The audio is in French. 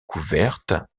couverte